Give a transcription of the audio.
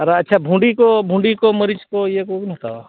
ᱟᱨ ᱟᱪᱪᱷᱟ ᱵᱷᱩᱰᱤ ᱠᱚ ᱵᱷᱩᱰᱤ ᱠᱚ ᱢᱟᱹᱨᱤᱪ ᱠᱚ ᱤᱭᱟᱹ ᱠᱚᱵᱚᱱ ᱦᱟᱛᱟᱣᱟ